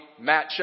match